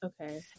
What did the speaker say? Okay